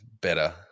better